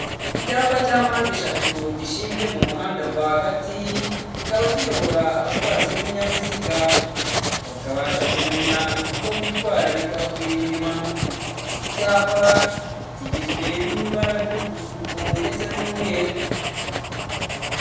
Icyapa cya mpandeshatu gishinze mu muhanda rwagati, kikaba kiyobora abatwazi b'ibinyabiziga, bakabasha kumenya uko bitwararika bakirinda impanuka, iki cyapa kigizwe n'ibara ry'ubutuku ndetse n'umweru.